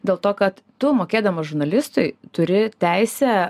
dėl to kad tu mokėdamas žurnalistui turi teisę